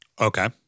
Okay